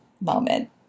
moment